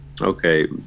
okay